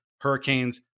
Hurricanes